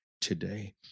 today